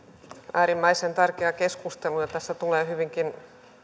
äärimmäisen tärkeä keskustelu ja tässä tulee hyvinkin